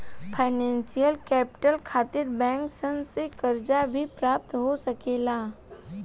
financial capital खातिर bank सन से कर्जा भी प्राप्त हो सकेला